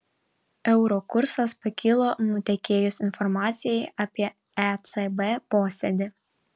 euro kursas pakilo nutekėjus informacijai apie ecb posėdį